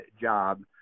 job